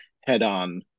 head-on